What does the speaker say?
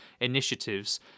initiatives